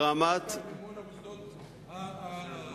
רמת המימון למוסדות העצמאיים,